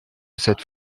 cette